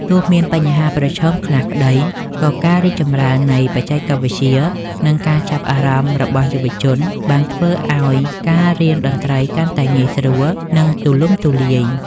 ទោះមានបញ្ហាប្រឈមខ្លះក្តី ក៏ការរីកចម្រើននៃបច្ចេកវិទ្យា និងការចាប់អារម្មណ៍របស់យុវជន បានធ្វើឲ្យការរៀនតន្ត្រីកាន់តែងាយស្រួល និងទូលំទូលាយ។